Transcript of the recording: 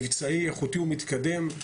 מקצועי איכותי ומתקדם.